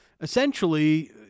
essentially